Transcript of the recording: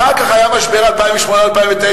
אחר כך היה משבר 2008 2009,